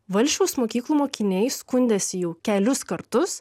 valsčiaus mokyklų mokiniai skundėsi jau kelius kartus